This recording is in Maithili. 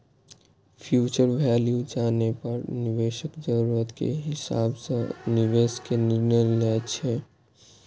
फ्यूचर वैल्यू जानै पर निवेशक जरूरत के हिसाब सं निवेश के निर्णय लै छै